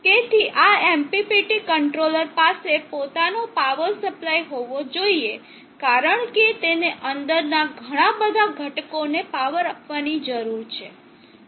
તેથી આ MPPT controller પાસે પોતાનો પાવર સપ્લાય હોવો જોઈએ કારણ કે તેને અંદરના ઘણા બધા ઘટકોને પાવર આપવાની જરૂર છે